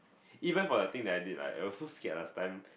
even for the thing that I did right I was so scared last time